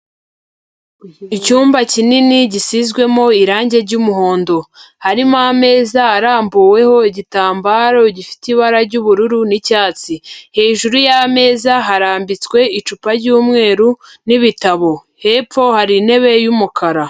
Icyumba kinini gisizwemo irange ry'umuhondo, harimo ameza arambuweho igitambaro gifite ibara ry'ubururu n'icyatsi, hejuru y'ameza harambitswe icupa ry'umweru n'ibitabo, hepfo hari intebe y'umukara.